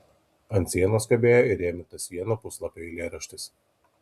ant sienos kabėjo įrėmintas vieno puslapio eilėraštis